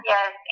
Yes